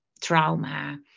Trauma